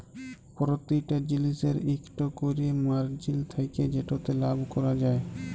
পরতিটা জিলিসের ইকট ক্যরে মারজিল থ্যাকে যেটতে লাভ ক্যরা যায়